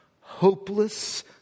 hopeless